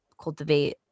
cultivate